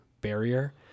barrier